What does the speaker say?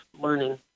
learning